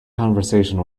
conversation